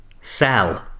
Cell